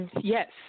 yes